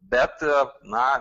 bet na